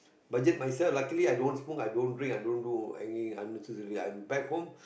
budget myself luckily i don't smoke i don't drink i don't do any unnecessary thing I'm back home